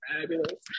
fabulous